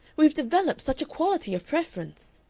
we've developed such a quality of preference!